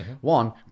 one